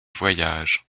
voyages